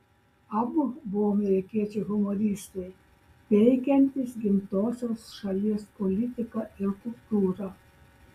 abu buvo amerikiečiai humoristai peikiantys gimtosios šalies politiką ir kultūrą